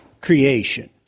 creation